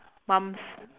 mum's